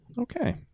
Okay